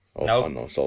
no